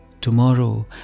tomorrow